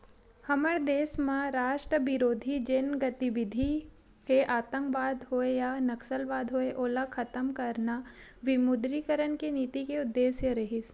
हमर देस म राष्ट्रबिरोधी जेन गतिबिधि हे आंतकवाद होय या नक्सलवाद होय ओला खतम करना विमुद्रीकरन के नीति के उद्देश्य रिहिस